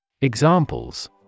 Examples